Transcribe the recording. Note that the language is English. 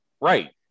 Right